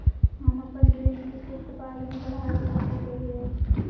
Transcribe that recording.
हम अपन ऋण के किस्त बाद में बढ़ा घटा सकई हियइ?